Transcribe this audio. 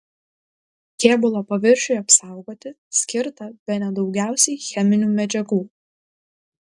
kėbulo paviršiui apsaugoti skirta bene daugiausiai cheminių medžiagų